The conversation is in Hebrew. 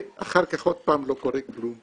ואחר כך עוד פעם לא קורה כלום.